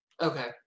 okay